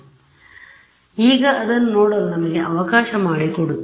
ಆದ್ದರಿಂದ ಈಗ ಅದನ್ನು ನೋಡಲು ನಮಗೆ ಅವಕಾಶ ಮಾಡಿಕೊಡುತ್ತದೆ